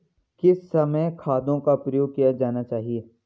किस समय खादों का प्रयोग किया जाना चाहिए?